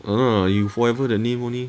!hanna! you forever that name only